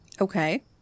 Okay